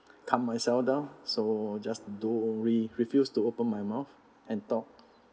calm myself down so just to do re~ refuse to open my mouth and talk